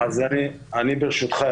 ברשותך,